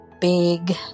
big